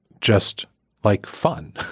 just like fun,